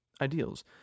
ideals